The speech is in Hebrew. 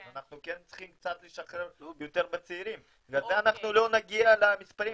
אז אנחנו כן צריכים קצת לשחרר יותר בצעירים ובזה אנחנו לא נגיע למספרים,